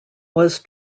was